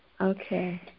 Okay